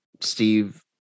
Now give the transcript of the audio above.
Steve